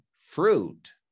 fruit